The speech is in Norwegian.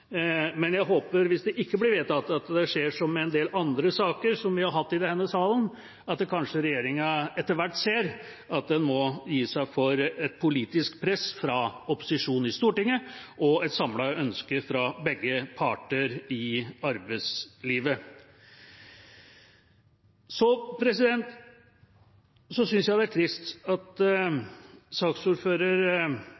men jeg håper, hvis det ikke blir vedtatt, at det skjer, som i en del andre saker som vi har hatt i denne salen, at kanskje regjeringa etter hvert ser at den må gi seg for et politisk press fra opposisjonen i Stortinget og et samlet ønske fra begge parter i arbeidslivet. Så synes jeg det er trist, som saksordføreren har gjort rede for, at